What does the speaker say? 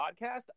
podcast